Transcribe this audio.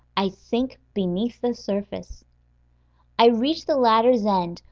i sink beneath the surface i reach the ladder's end,